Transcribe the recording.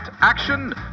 action